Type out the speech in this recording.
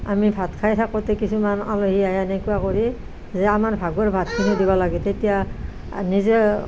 আমি ভাত খাই থাকোঁতে কিছুমান আলহী আহে এনেকুৱা কৰি সেই আমাৰ ভাগৰ ভাতখিনি দিব লাগে তেতিয়া নিজে